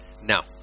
now